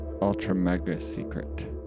Ultra-mega-secret